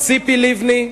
ציפי לבני,